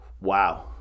Wow